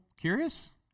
curious